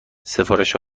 سفارش